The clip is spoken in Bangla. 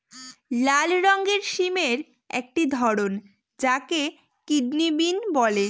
লাল রঙের সিমের একটি ধরন যাকে কিডনি বিন বলে